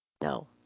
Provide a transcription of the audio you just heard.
no